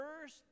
first